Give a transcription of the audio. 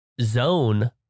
zone